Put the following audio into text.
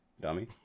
Dummy